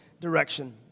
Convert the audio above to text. direction